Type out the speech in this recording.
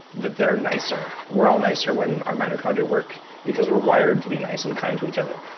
that they're nicer. we're all nicer when our mitochondria work because we're wired to be nice and kind to each other.